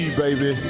baby